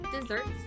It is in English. Desserts